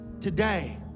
Today